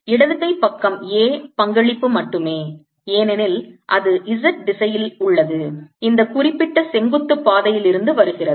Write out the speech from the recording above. இடது கை பக்கம் A பங்களிப்பு மட்டுமே ஏனெனில் அது z திசையில் உள்ளது இந்த குறிப்பிட்ட செங்குத்து பாதையில் இருந்து வருகிறது